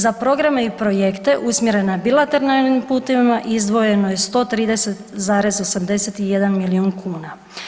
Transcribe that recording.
Za programe i projekte usmjerene bilateralnim putevima izdvojeno je 130,81 milijun kuna.